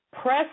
Press